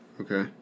Okay